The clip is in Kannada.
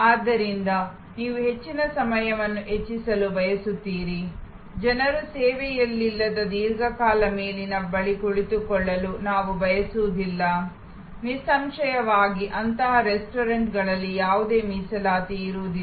ಆದ್ದರಿಂದ ನೀವು ಹೆಚ್ಚಿನ ಸಮಯವನ್ನು ಹೆಚ್ಚಿಸಲು ಬಯಸುತ್ತೀರಿ ಜನರು ಸೇವನೆಯಿಲ್ಲದೆ ದೀರ್ಘಕಾಲ ಮೇಜಿನ ಬಳಿ ಕುಳಿತುಕೊಳ್ಳಲು ನಾವು ಬಯಸುವುದಿಲ್ಲ ನಿಸ್ಸಂಶಯವಾಗಿ ಅಂತಹ ರೆಸ್ಟೋರೆಂಟ್ಗಳಲ್ಲಿ ಯಾವುದೇ ಮೀಸಲಾತಿ ಇರುವುದಿಲ್ಲ